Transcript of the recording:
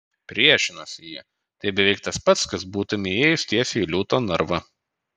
priešinosi ji tai beveik tas pats kad būtumei įėjus tiesiai į liūto narvą